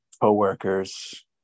co-workers